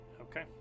Okay